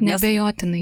neabejotinai nes